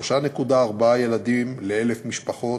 3.4 ילדים ל-1,000 משפחות,